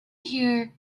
hear